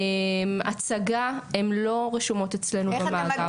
הצגה הן לא רשומות אצלנו במאגר.